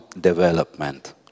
development